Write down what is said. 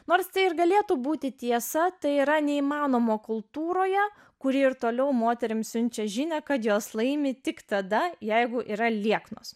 nors tai ir galėtų būti tiesa tai yra neįmanoma kultūroje kuri ir toliau moterims siunčia žinią kad jos laimi tik tada jeigu yra lieknos